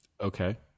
Okay